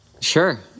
Sure